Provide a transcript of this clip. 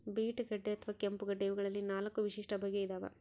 beet ಗಡ್ಡೆ ಅಥವಾ ಕೆಂಪುಗಡ್ಡೆ ಇವಗಳಲ್ಲಿ ನಾಲ್ಕು ವಿಶಿಷ್ಟ ಬಗೆ ಇದಾವ